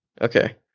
Okay